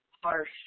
harsh